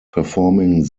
performing